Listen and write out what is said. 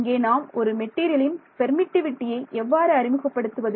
இங்கே நாம் ஒரு மெட்டீரியலின் பெர்மிட்டிவிட்டியை எவ்வாறு அறிமுகப்படுத்துவது